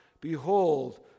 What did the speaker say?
behold